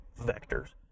vectors